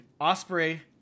Osprey